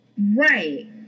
Right